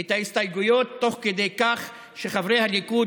את ההסתייגויות תוך כדי כך שחברי הליכוד,